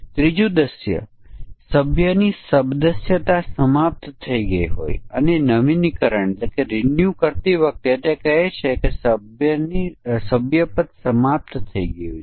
આપણે સરળ ઉદાહરણ અને સમકક્ષ વર્ગોની રચના કેવી રીતે કરવી તે જોયું પરંતુ આપણે કહી રહ્યા છીએ કે તે ખરેખર પડકારરૂપ હોઈ શકે છે